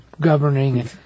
governing